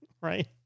Right